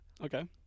Okay